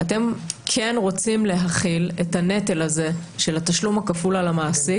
אני מקבלת את המתווה שהציעו ממשרד המשפטים.